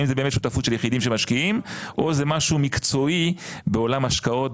האם זה באמת שותפות של יחידים שמשקיעים או זה משהו מקצועי בעולם השקעות